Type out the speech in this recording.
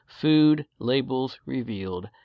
foodlabelsrevealed